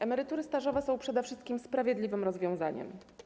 Emerytury stażowe są przede wszystkim sprawiedliwym rozwiązaniem.